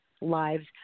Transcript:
lives